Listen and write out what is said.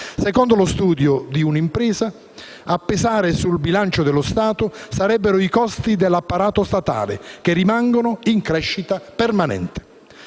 Secondo lo studio di Unimpresa, a pesare sul bilancio dello Stato sarebbero i costi dell'apparato statale, che rimangono in crescita permanente.